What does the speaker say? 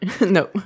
No